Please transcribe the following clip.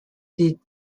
des